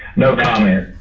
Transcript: no comment.